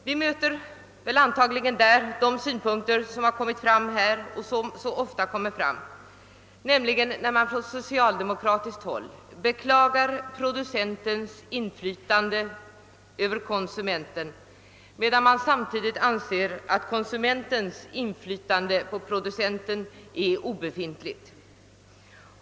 Vi möter antagligen i utredningens betänkande de synpunkter som förts fram här och som så ofta förs fram, nämligen att man från socialdemokratiskt håll beklagar producentens inflytande över konsumenten, medan man samtidigt anser att konsumentens inflytande över producenten är obefintligt.